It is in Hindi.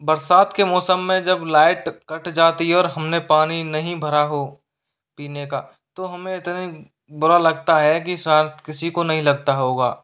बरसात के मौसम में जब लाइट कट जाती है और हमने पानी नहीं भरा हो पीने का तो हमें इतनी बुरा लगता है कि शायद किसी को नहीं लगता होगा